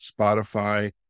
Spotify